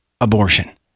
abortion